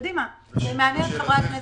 קדימה, זה מעניין את חברי הכנסת.